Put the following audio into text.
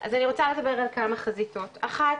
אז אני רוצה לדבר על כמה חזיתות, אחת,